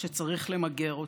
שצריך למגר אותה.